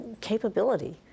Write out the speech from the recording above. capability